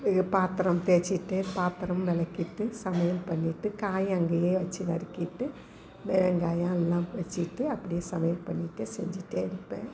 இது பாத்திரம் தேய்ச்சிட்டு பாத்திரம் விலகிட்டு சமையல் பண்ணிட்டு காய் அங்கேயே வச்சி நறுக்கிட்டு வெங்காயம் எல்லாம் ப வச்சிட்டு அப்படியே சமையல் பண்ணிட்டு செஞ்சிக்கிட்டே இருப்பேன்